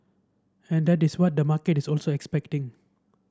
and that is what the market is also expecting